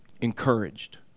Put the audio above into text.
encouraged